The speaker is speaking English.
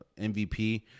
MVP